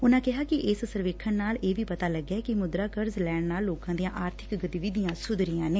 ਉਨੂਾਂ ਕਿਹਾ ਕਿ ਇਸ ਸਰਵੇਖਣ ਨਾਲ ਇਹ ਵੀ ਪਤਾ ਲਗਿਐ ਕਿ ਮੁਦਰਾ ਕਰਜਾ ਲੈਣ ਨਾਲ ਲੋਕਾਂ ਦੀਆਂ ਆਰਥਿਕ ਗਤੀਵਿਧੀਆਂ ਸੁਧਰੀਆਂ ਨੇ